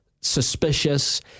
suspicious